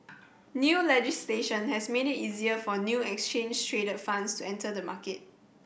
new legislation has made it easier for new exchange traded funds to enter the market